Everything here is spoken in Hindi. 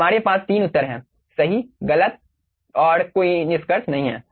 हमारे पास तीन उत्तर है सही गलत और कोई निष्कर्ष नहीं हैं